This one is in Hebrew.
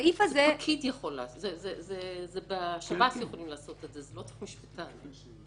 הפקיד יכול לעשות את זה, לא צריך משפטן.